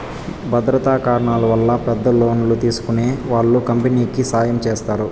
భద్రతా కారణాల వల్ల పెద్ద లోన్లు తీసుకునే వాళ్ళు కంపెనీకి సాయం చేస్తారు